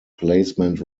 placement